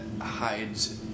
hides